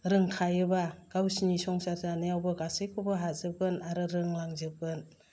रोंखायोबा गावसिनि संसार जानायावबो गासैखौबो हाजोबगोन आरो रोंलांजोबगोन